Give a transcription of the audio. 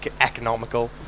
economical